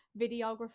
videographer